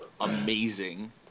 amazing